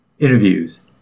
interviews